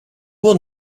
will